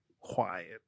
quiet